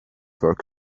work